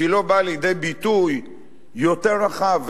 שהיא לא באה לידי ביטוי יותר רחב,